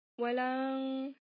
walang